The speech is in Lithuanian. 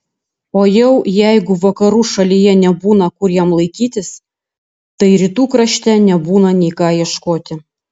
o jau jeigu vakarų šalyje nebūna kur jam laikytis tai rytų krašte nebūna nei ką ieškoti